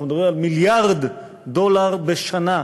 אנחנו מדברים על מיליארד דולר בשנה,